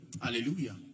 Hallelujah